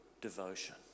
devotion